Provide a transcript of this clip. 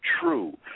true